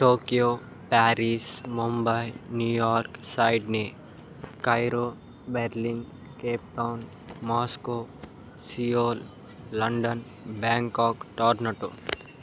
Tokyo Paris Mumbai New York Sydney Cairo Berlin Cape Town Moscow Seoul London Bangkok Toronto